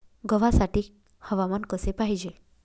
गव्हासाठी हवामान कसे पाहिजे?